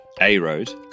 A-Road